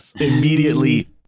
immediately